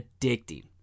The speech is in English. addicting